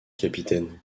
capitaine